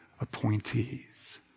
appointees